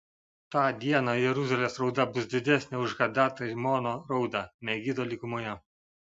tą dieną jeruzalės rauda bus didesnė už hadad rimono raudą megido lygumoje